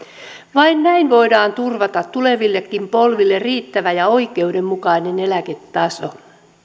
vain näin voidaan turvata tulevillekin polville riittävä ja oikeudenmukainen eläketaso